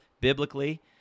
biblically